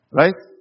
right